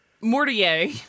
Mortier